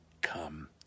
come